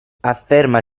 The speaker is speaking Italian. afferma